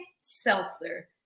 Seltzer